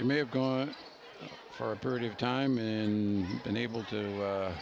it may have gone for a period of time and been able to